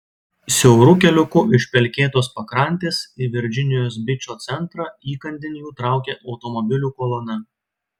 siauru keliuku iš pelkėtos pakrantės į virdžinijos bičo centrą įkandin jų traukė automobilių kolona